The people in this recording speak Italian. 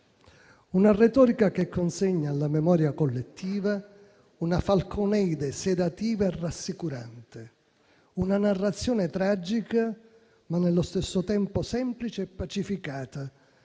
Una retorica che consegna alla memoria collettiva una falconeide sedativa e rassicurante, una narrazione tragica, ma nello stesso tempo semplice e pacificata,